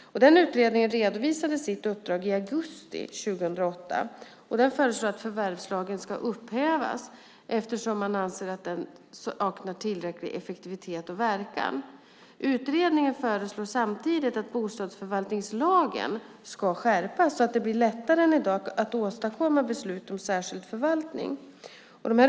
Utredningen, som redovisade sitt uppdrag i augusti 2008, föreslår att förvärvslagen ska upphävas eftersom den anses sakna tillräcklig effektivitet och verkan. Utredningen föreslår samtidigt att bostadsförvaltningslagen ska skärpas så att det blir lättare än i dag att åstadkomma beslut om särskild förvaltning.